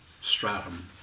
stratum